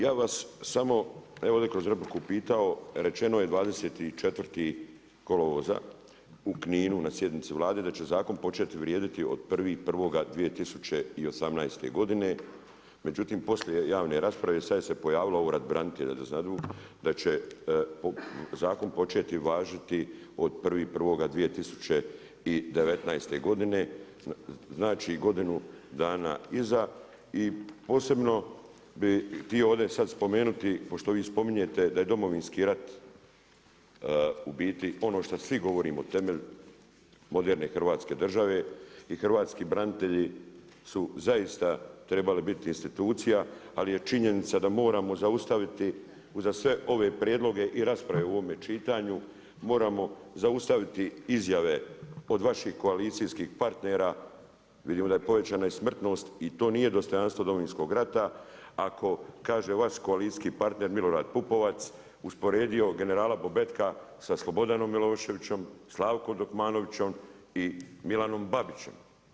Ja vas samo evo kroz repliku pitao, rečeno je 24. kolovoza u Kninu na sjednici Vlade da će zakon početi vrijediti od 1.1.2018. godine međutim poslije javne rasprave, sad se pojavio ured branitelja da znaju da će zakon početi važiti od 1.1.2019. godine, znači godinu dana iza i posebno bi htio ovdje sad spomenuti, pošto vi sad spominjete da je Domovinski rat u biti ono što svi govorimo, temelj moderne hrvatske države i hrvatski branitelji su zaista trebali biti institucija ali je činjenica da moramo zaustaviti za sve ove prijedloge i rasprave u ovome čitanju, moramo zaustaviti izjave od vaših koalicijskih partnera, vidimo i da je povećana i smrtnost i to nije dostojanstvo Domovinskog rata, ako kaže vaš koalicijski partner Milorad Pupovac, usporedio generala Bobetka sa Slobodanom Miloševićem, Slavkom Dokmanovićem i Milanom Babićem.